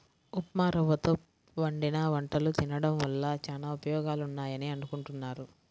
ఉప్మారవ్వతో వండిన వంటలు తినడం వల్ల చానా ఉపయోగాలున్నాయని అనుకుంటున్నారు